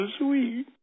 sweet